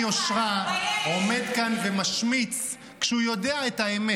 יסמין, חברת הכנסת פרידמן, חברת הכנסת פרידמן.